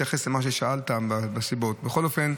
השר מיכאלי היה בישיבה הזו והעלו שם את הדברים.